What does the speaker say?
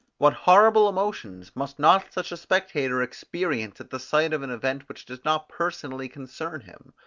what horrible emotions must not such a spectator experience at the sight of an event which does not personally concern him?